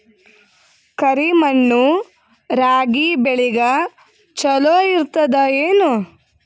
ಕರಿ ಮಣ್ಣು ರಾಗಿ ಬೇಳಿಗ ಚಲೋ ಇರ್ತದ ಏನು?